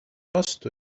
vastu